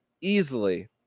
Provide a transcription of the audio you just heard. easily